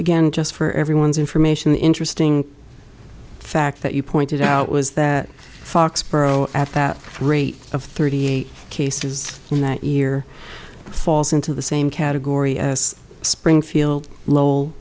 again just for everyone's information the interesting fact that you pointed out was that foxboro at that rate of thirty eight cases in that year falls into the same category as springfield lo